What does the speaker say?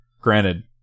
granted